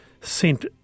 sent